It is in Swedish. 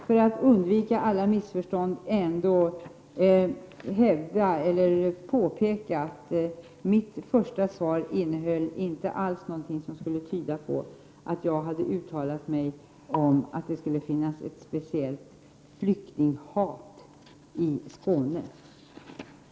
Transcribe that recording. För att undvika alla missförstånd vill jag påpeka att mitt första svar inte alls innehöll någonting som skulle tyda på att jag anser att det skulle finnas ett speciellt flyktinghat i Skåne.